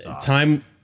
Time